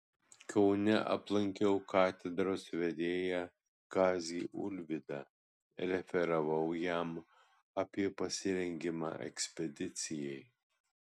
kaune aplankiau katedros vedėją kazį ulvydą referavau jam apie pasirengimą ekspedicijai